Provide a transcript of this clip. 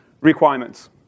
requirements